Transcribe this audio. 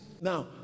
Now